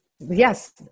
yes